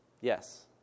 Yes